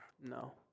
No